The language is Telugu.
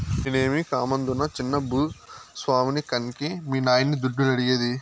నేనేమీ కామందునా చిన్న భూ స్వామిని కన్కే మీ నాయన్ని దుడ్డు అడిగేది